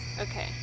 Okay